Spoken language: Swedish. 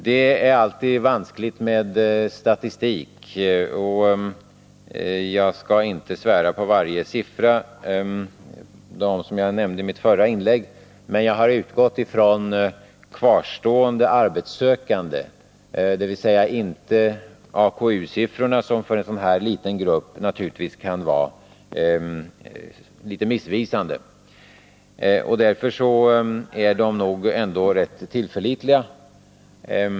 Det är alltid vanskligt med statistik, och jag skall inte svära på varje siffra av dem som jag nämnde i mitt förra inlägg. Men jag har utgått från kvarstående arbetssökande, dvs. inte från AKU-siffrorna, som för en sådan här liten grupp naturligtvis kan vara missvisande. Därför är mina siffror nog ändå rätt tillförlitliga.